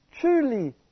truly